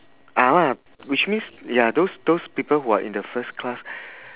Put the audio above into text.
ah lah which means ya those those people who are in the first class